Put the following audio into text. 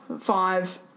Five